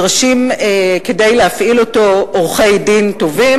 שכדי להפעיל אותו נדרשים עורכי-דין טובים